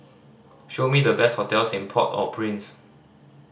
show me the best hotels in Port Au Prince